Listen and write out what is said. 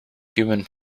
human